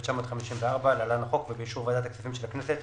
תשי"ד-1954 (להלן החוק) ובאישור ועדת הכספים של הכנסת,